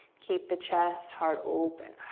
keep the chest, heart open.